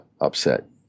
upset